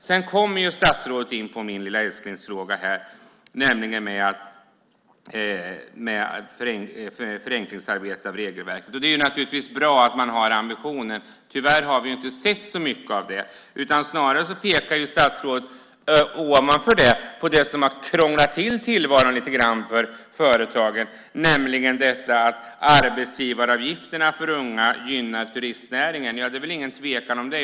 Sedan kommer statsrådet in på min lilla älsklingsfråga, nämligen arbetet för att förenkla regelverket. Det är naturligtvis bra att man har ambitionen. Tyvärr har vi inte sett så mycket av det. Snarare pekar statsrådet på det som har krånglat till tillvaron lite grann för företagen, nämligen detta med arbetsgivaravgifterna för unga. Detta gynnar turistnäringen, det är väl ingen tvekan om det.